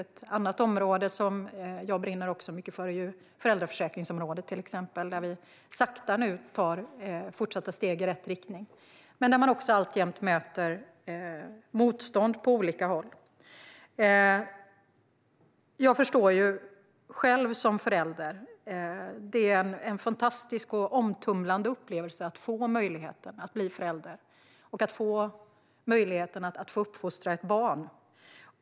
Ett annat område som jag brinner för är föräldraförsäkringen, där vi nu sakta tar fortsatta steg i rätt riktning men där man också alltjämt möter motstånd på olika håll. Jag vet själv som förälder att det är en fantastisk och omtumlande upplevelse att få möjligheten att bli förälder och att få möjligheten att uppfostra ett barn.